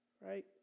right